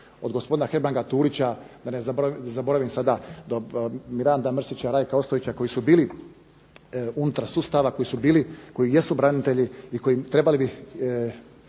od gospodina Hebranga, Turića, da ne zaboravim sada do Miranda Mrsića, Rajka Ostojića koji su bili unutar sustava, koji su bili, koji jesu branitelji i koji trebali bi